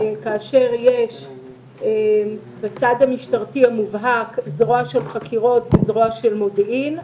כאשר יש בצד המשטרתי המובהק זרוע של חקירות וזרוע של מודיעין.